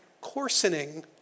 coarsening